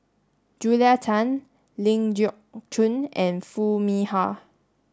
Julia Tan Ling Geok Choon and Foo Mee Har